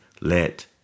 let